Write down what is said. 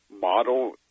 model